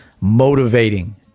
motivating